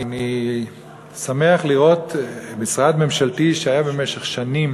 אני שמח לראות משרד ממשלתי שהיה במשך שנים